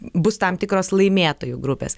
bus tam tikros laimėtojų grupės